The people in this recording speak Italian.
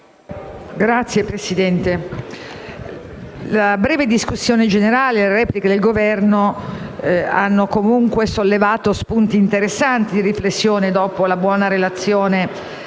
Signor Presidente, la breve discussione generale e la replica del Governo hanno sollevato spunti interessanti di riflessione dopo la buona relazione